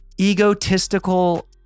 egotistical